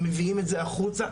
מביאים את זה החוצה,